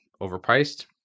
overpriced